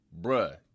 bruh